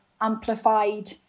amplified